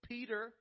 Peter